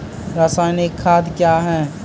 रसायनिक खाद कया हैं?